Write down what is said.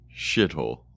Shithole